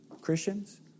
Christians